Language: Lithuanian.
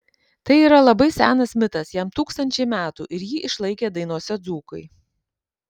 tai yra labai senas mitas jam tūkstančiai metų ir jį išlaikė dainose dzūkai